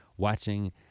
Watching